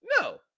No